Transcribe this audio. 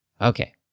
Okay